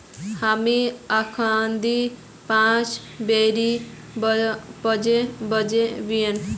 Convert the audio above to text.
हामी अखनइ पांच बोरी प्याज बेचे व नु